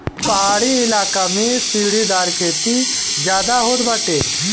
पहाड़ी इलाका में सीढ़ीदार खेती ज्यादा होत बाटे